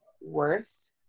worth